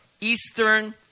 Eastern